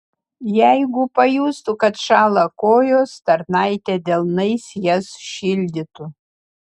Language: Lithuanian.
jeigu pajustų kad šąla kojos tarnaitė delnais jas šildytų